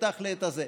תפתח לי את הזה.